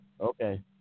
Okay